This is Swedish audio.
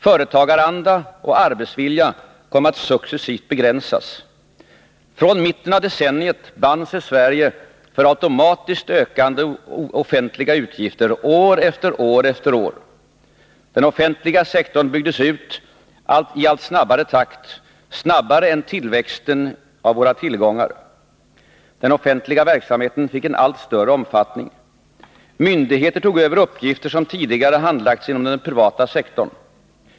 Företagaranda och arbetsvilja kom att successivt begränsas. Från mitten av decenniet band sig Sverige för automatiskt ökande offentliga utgifter år efter år. Den offentliga sektorn byggdes ut i allt snabbare takt, snabbare än tillväxten av våra tillgångar. Den offentliga verksamheten fick en allt större omfattning. Myndigheter tog över uppgifter som tidigare handlagts inom den privata sektorn.